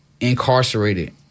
incarcerated